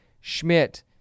Schmidt